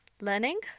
learning